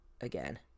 again